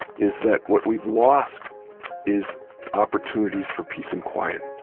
is that what we've lost is opportunities for peace and quiet